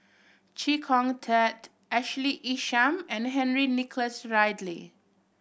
Chee Kong Tet Ashley Isham and Henry Nicholas Ridley